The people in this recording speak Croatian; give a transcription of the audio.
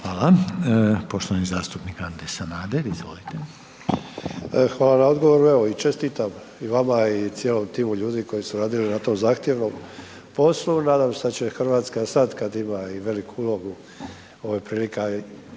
Hvala. Poštovani zastupnik Ante Sanader, izvolite. **Sanader, Ante (HDZ)** Hvala na odgovoru, evo i čestitam i vama i cijelom timu ljudi koji su radili na tom zahtjevnom poslu, nadam se da će Hrvatska sad kad ima i veliku ulogu, ovo je prilika